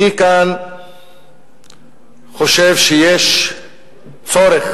אני כאן חושב שיש צורך